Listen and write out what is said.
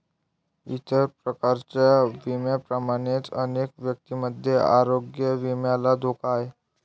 इतर प्रकारच्या विम्यांप्रमाणेच अनेक व्यक्तींमध्ये आरोग्य विम्याला धोका आहे